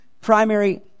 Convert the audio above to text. primary